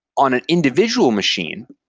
on an individual machine,